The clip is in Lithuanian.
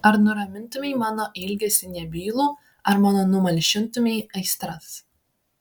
ar nuramintumei mano ilgesį nebylų ar mano numalšintumei aistras